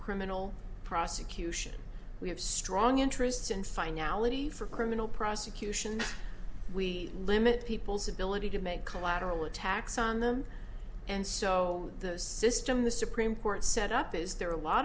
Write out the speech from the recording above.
criminal prosecution we have strong interests in finality for criminal prosecution we limit people's ability to make collateral attacks on them and so those system the supreme court set up is there a lot